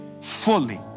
fully